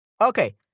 Okay